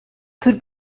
zur